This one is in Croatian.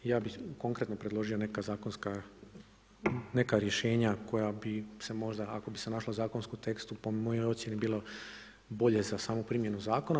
Ja bih konkretno predložio neka zakonska neka rješenja koja bi se možda ako bi se našla u zakonskom tekstu po mojoj ocjeni bilo bolje za samu primjenu zakona.